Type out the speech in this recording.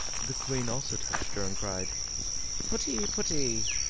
the queen also touched her and cried putty, putty!